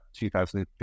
2015